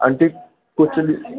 aunty कुझु